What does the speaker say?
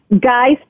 Guys